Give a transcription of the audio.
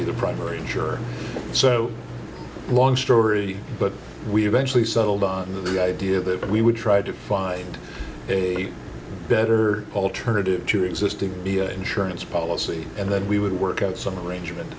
be the primary sure so long story but we eventually settled on the idea that we would try to find a better alternative to existing via insurance policy and then we would work out some arrangement